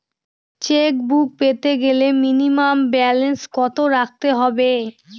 Chequebook পেতে গেলে minimum balance কত রাখতে হবে?